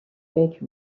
فکر